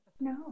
No